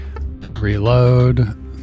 Reload